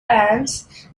ants